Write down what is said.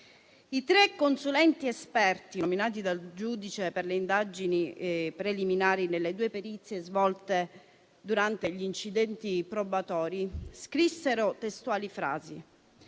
I tre consulenti esperti nominati dal giudice per le indagini preliminari nelle due perizie svolte durante gli incidenti probatori scrissero testuali frasi: